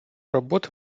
робота